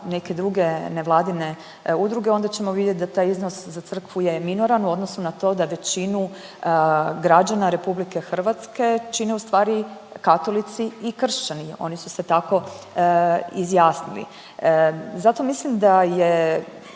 neke druge nevladine udruge onda ćemo vidjeti da taj iznos za crkvu je minoran u odnosu na to da većinu građana RH čine u stvari katolici i kršćani, oni su se tako izjasnili. Zato mislim da je